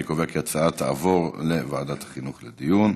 אני קובע כי ההצעה תעבור לוועדת החינוך לדיון.